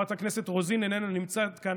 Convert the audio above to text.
חברת הכנסת רוזין איננה נמצאת כאן,